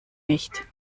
nicht